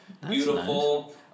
beautiful